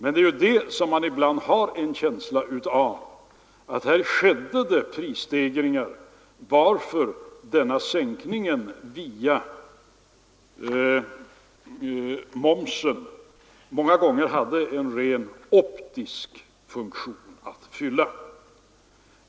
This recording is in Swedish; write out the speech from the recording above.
Men man har ibland en känsla av att det skett prishöjningar, varför dessa sänkningar via momsen många gånger haft en rent optisk funktion att fylla.